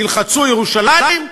תלחצו "ירושלים",